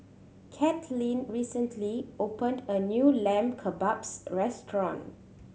Katlyn recently opened a new Lamb Kebabs Restaurant